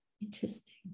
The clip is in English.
interesting